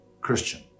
Christian